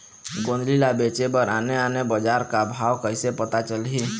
गोंदली ला बेचे बर आने आने बजार का भाव कइसे पता चलही?